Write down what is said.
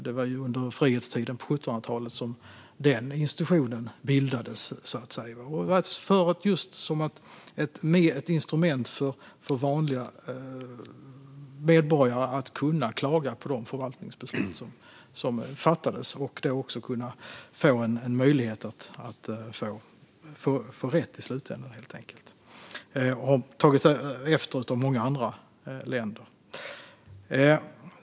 Det var ju under frihetstiden på 1700-talet som den institutionen bildades, just som ett instrument för vanliga medborgare att klaga på de förvaltningsbeslut som fattades och för att också ha möjlighet att få rätt i slutändan. Den har tagits efter av många andra länder.